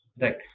right